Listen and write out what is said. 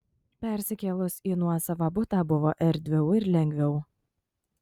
persikėlus į nuosavą butą buvo erdviau ir lengviau